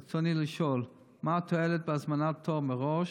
רצוני לשאול: 1. מה התועלת בהזמנת תור מראש?